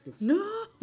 No